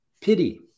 pity